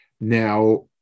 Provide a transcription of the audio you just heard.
Now